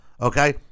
okay